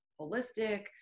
holistic